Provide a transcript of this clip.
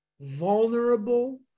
vulnerable